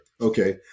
Okay